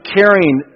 carrying